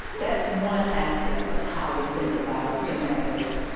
that's one aspect of how we think about the networks.